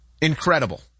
Incredible